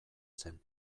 zen